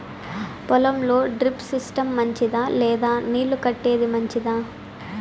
పొలం లో drip system మంచిదా లేదా నీళ్లు కట్టేది మంచిదా?